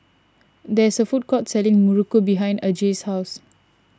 there is a food court selling Muruku behind Aja's house